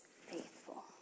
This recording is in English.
faithful